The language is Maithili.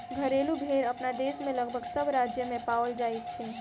घरेलू भेंड़ अपना देश मे लगभग सभ राज्य मे पाओल जाइत अछि